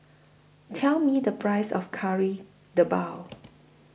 Tell Me The Price of Kari Debal